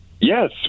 Yes